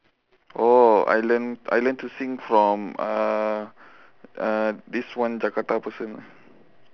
oh I learn I learn to sing from uh uh this one jakarta person